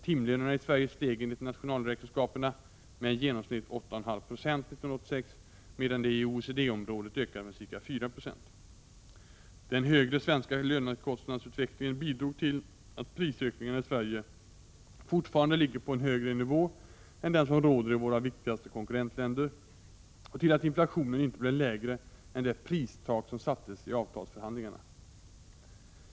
Timlönerna i Sverige steg enligt nationalräkenskaperna med i genomsnitt 8,5 0 1986, medan de i OECD-området ökade med ca 4 90. Den högre svenska lönekostnadsutvecklingen bidrog till att prisökningarna i Sverige fortfarande ligger på en högre nivå än den som råder i våra viktigaste konkurrentländer och till att inflationen inte blev lägre än det pristak som sattes i avtalsförhandlingarna.